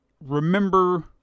remember